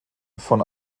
von